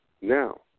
Now